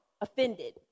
offended